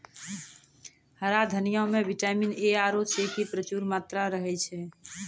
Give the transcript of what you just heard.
हरा धनिया मॅ विटामिन ए आरो सी के प्रचूर मात्रा रहै छै